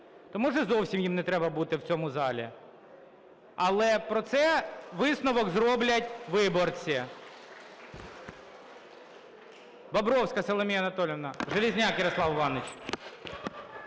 може, зовсім їм не треба бути в цьому залі. Але про це висновок зроблять виборці. Бобровська Соломія Анатоліївна. Железняк Ярослав Іванович.